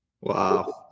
Wow